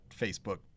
Facebook